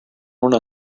una